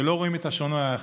שלא רואים את השונה או האחר,